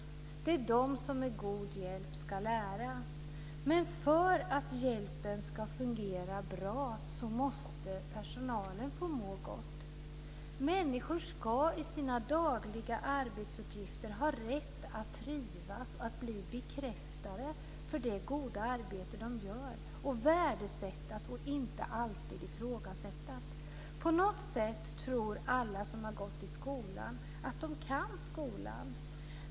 Det är de som med god hjälp ska lära. Men för att hjälpen ska fungera bra måste personalen få må gott. Människor ska i sina dagliga arbetsuppgifter ha rätt att trivas och att bli bekräftade för det goda arbete de gör och värdesättas och inte alltid ifrågasättas. På något sätt tror alla som har gått i skolan att de kan skolan.